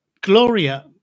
Gloria